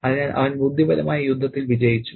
അതിനാൽ അവൻ ബുദ്ധിപരമായ യുദ്ധത്തിൽ വിജയിച്ചു